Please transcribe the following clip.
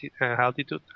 altitude